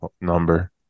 number